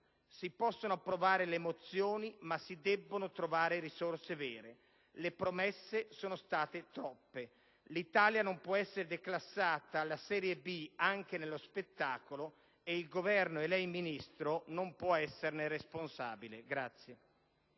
Si possono approvare le mozioni, ma si debbono trovare risorse vere: le promesse sono state troppe. L'Italia non può essere declassata alla serie B anche nello spettacolo e il Governo e lei, Ministro, non potete esserne responsabili.